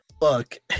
look